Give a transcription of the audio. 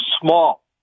small